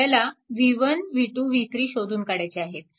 आपल्याला v1 v2 v3 शोधून काढायचे आहेत